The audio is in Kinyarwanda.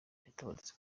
yaratabarutse